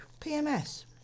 PMS